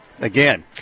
again